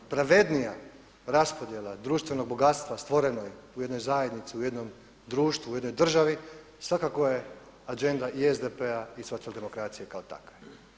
Pravednija raspodjela društvenog bogatstva stvoreno je u jednoj zajednici, u jednom društvu u jednoj državi svakako je agenda i SDP-a i socijaldemokracije kao takve.